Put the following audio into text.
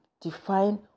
define